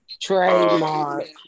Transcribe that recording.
Trademark